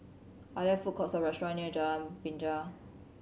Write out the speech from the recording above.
are there food courts or restaurants near Jalan Binja